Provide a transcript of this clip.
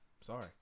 sorry